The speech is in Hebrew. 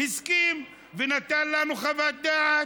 הסכים ונתן לנו חוות דעת.